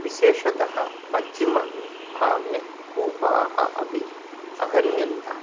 विशेषतः पश्चिमे भागे कूपाः अपि अहन्यन्त